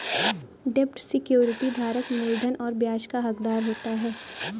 डेब्ट सिक्योरिटी धारक मूलधन और ब्याज का हक़दार होता है